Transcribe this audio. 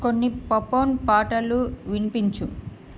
కొన్ని పపొన్ పాటలు వినిపించు